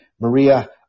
Maria